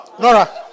Nora